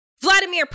Vladimir